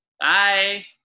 Bye